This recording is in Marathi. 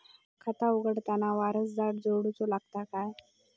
खाता उघडताना वारसदार जोडूचो लागता काय?